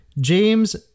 James